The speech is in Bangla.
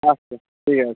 আচ্ছা ঠিক আছে